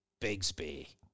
Bigsby